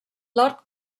lord